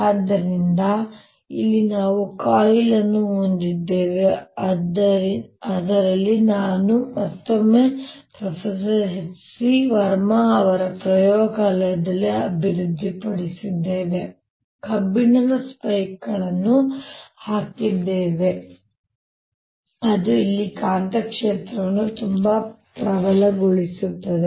ಆದ್ದರಿಂದ ಇಲ್ಲಿ ನಾವು ಕಾಯಿಲ್ ಅನ್ನು ಹೊಂದಿದ್ದೇವೆ ಅದರಲ್ಲಿ ನಾವು ಇದನ್ನು ಮತ್ತೊಮ್ಮೆ ಪ್ರೊಫೆಸರ್ ಎಚ್ ಸಿ ವರ್ಮಾ ಅವರ ಪ್ರಯೋಗಾಲಯದಲ್ಲಿ ಅಭಿವೃದ್ಧಿಪಡಿಸಿದ್ದೇವೆ ಈ ಕಬ್ಬಿಣದ ಸ್ಪೈಕ್ಗಳನ್ನು ಹಾಕಿದ್ದೇವೆ ಅದು ಇಲ್ಲಿ ಕಾಂತಕ್ಷೇತ್ರವನ್ನು ತುಂಬಾ ಪ್ರಬಲಗೊಳಿಸುತ್ತದೆ